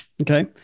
Okay